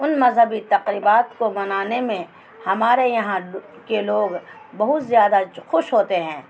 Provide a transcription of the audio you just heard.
ان مذہبی تقریبات کو منانے میں ہمارے یہاں کے لوگ بہت زیادہ خوش ہوتے ہیں